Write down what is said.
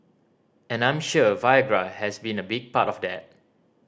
and I am sure Viagra has been a big part of that